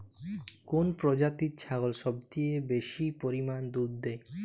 কোন প্রজাতির ছাগল সবচেয়ে বেশি পরিমাণ দুধ দেয়?